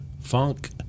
funk